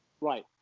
Right